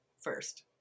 first